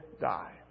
die